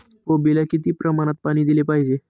कोबीला किती प्रमाणात पाणी दिले पाहिजे?